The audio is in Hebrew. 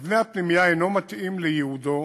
מבנה הפנימייה אינו מתאים לייעודו,